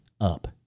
up